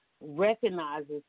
recognizes